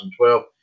2012